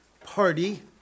party